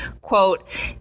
quote